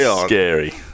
Scary